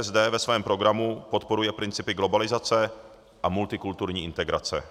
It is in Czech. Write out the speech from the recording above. ČSSD ve svém programu podporuje principy globalizace a multikulturní integrace.